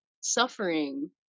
suffering